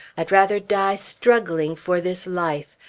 i'd rather die struggling for this life,